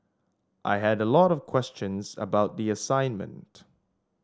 I had a lot of questions about the assignment